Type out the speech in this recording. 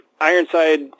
Ironside